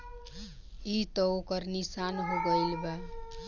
ई त ओकर निशान हो गईल बा